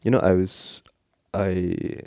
you know I was I